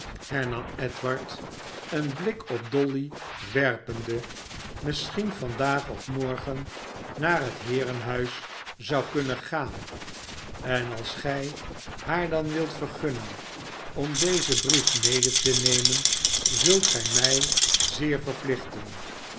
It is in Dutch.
hernam edward een blik op dolly werpende smisschien vandaag of morgen naar het heerenhuis zou kunnen gaan en als gij haar dan wilt vergunnen om dezen brief mede te nemen zult gij mij zeer verplichten